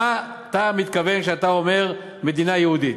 למה אתה מתכוון כשאתה אומר "מדינה יהודית".